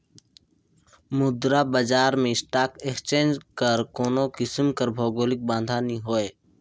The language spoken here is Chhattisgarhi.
मुद्रा बजार में स्टाक एक्सचेंज कस कोनो किसिम कर भौगौलिक बांधा नी होए